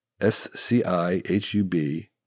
S-C-I-H-U-B